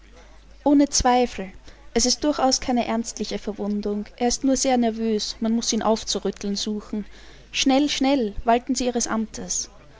ohne zweifel es ist durchaus keine ernstliche verwundung er ist nur sehr nervös man muß ihn aufzurütteln suchen schnell schnell walten sie ihres amtes